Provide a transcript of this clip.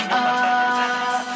up